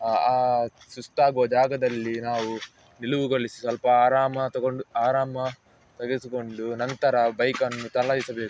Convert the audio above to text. ಆ ಸುಸ್ತಾಗುವ ಜಾಗದಲ್ಲಿ ನಾವು ನಿಲುವುಗೊಳಿಸಿ ಸ್ವಲ್ಪ ಆರಾಮ ತಗೊಂಡು ಆರಾಮ ತೆಗೆಸಿಕೊಂಡು ನಂತರ ಬೈಕನ್ನು ಚಲಾಯಿಸಬೇಕು